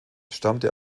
stammte